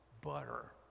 butter